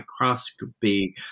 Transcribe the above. microscopy